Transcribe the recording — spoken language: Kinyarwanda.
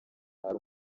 hari